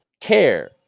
care